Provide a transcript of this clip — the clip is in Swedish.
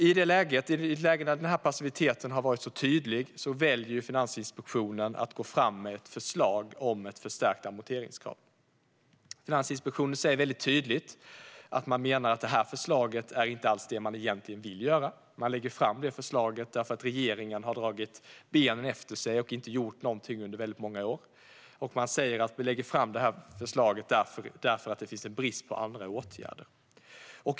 I ett läge där denna passivitet har varit så tydlig väljer Finansinspektionen att gå fram med ett förslag om att förstärka amorteringskravet. Finansinspektionen säger väldigt tydligt att det här förslaget inte alls är det man egentligen vill göra, utan man lägger fram detta förslag eftersom regeringen har dragit benen efter sig och inte gjort någonting under väldigt många år. Man säger också att man lägger fram förslaget eftersom det finns en brist på andra åtgärder.